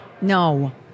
No